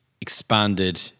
expanded